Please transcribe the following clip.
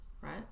right